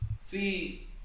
See